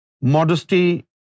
Modesty